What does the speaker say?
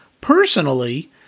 personally